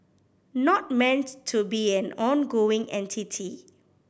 not meant to be an ongoing entity